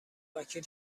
وکیل